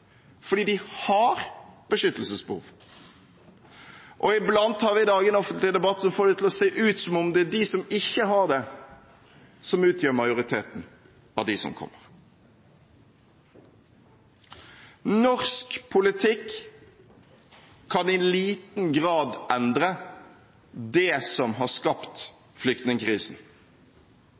fordi de har beskyttelsesbehov. Vi har i dag en offentlig debatt som iblant får det til å se ut som om det er de som ikke har det, som utgjør majoriteten av dem som kommer. Norsk politikk kan i liten grad endre det som har skapt